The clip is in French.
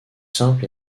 simples